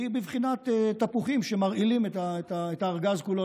שהיא בבחינת תפוחים שמרעילים את הארגז כולו.